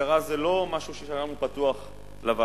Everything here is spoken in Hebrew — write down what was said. השכרה זה לא משהו שהשארנו פתוח לוועדות,